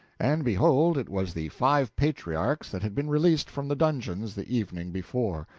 and behold, it was the five patriarchs that had been released from the dungeons the evening before!